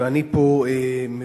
ואני פה מביא את הדברים,